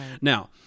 Now